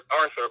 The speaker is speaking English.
arthur